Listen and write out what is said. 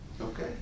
Okay